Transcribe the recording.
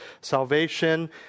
salvation